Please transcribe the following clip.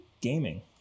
gaming